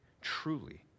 Truly